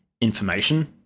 information